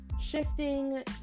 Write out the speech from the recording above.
shifting